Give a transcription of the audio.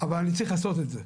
אבל אני צריך לעשות את זה.